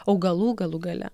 augalų galų gale